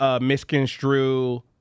Misconstrue